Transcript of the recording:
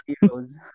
Heroes